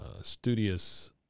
studious